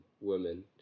women